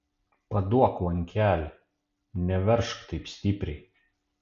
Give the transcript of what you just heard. paduok lankelį neveržk taip stipriai